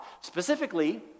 Specifically